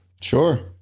Sure